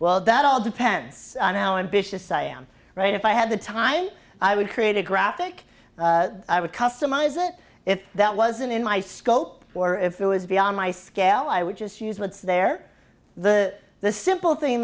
well that all depends on how ambitious i am right if i had the time i would create a graphic i would customize it if that wasn't in my scope or if it was beyond my scale i would just use what's there the the simple thing